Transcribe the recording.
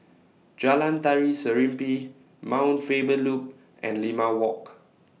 Jalan Tari Serimpi Mount Faber Loop and Limau Walk